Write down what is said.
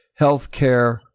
Healthcare